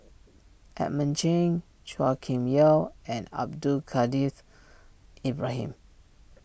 Edmund Chen Chua Kim Yeow and Abdul Kadir's Ibrahim